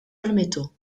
olmeto